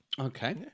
Okay